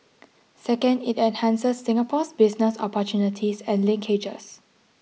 second it enhances Singapore's business opportunities and linkages